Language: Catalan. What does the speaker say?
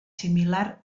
similar